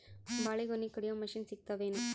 ಬಾಳಿಗೊನಿ ಕಡಿಯು ಮಷಿನ್ ಸಿಗತವೇನು?